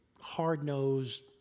hard-nosed